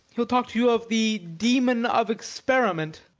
he will talk to you of the demon of experiment.